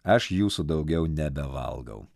aš jūsų daugiau nebevalgau